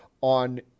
On